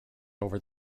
over